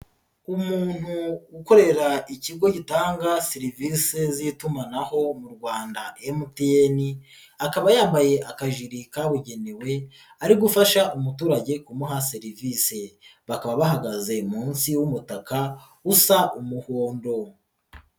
Umuntu ukorera ikigo gitanga serivise z'itumanaho mu Rwanda MTN, akaba yambaye akajiri kabugenewe ari gufasha umuturage kumuha serivise, bakaba bahagaze munsi y'umutaka usa umuhondo.